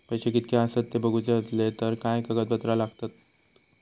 पैशे कीतके आसत ते बघुचे असले तर काय कागद पत्रा लागतात काय?